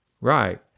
Right